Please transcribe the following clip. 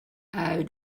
out